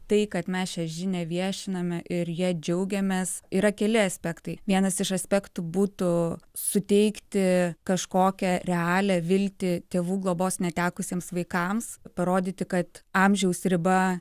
tai kad mes šią žinią viešiname ir ja džiaugiamės yra keli aspektai vienas iš aspektų būtų suteikti kažkokią realią viltį tėvų globos netekusiems vaikams parodyti kad amžiaus riba